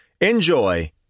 enjoy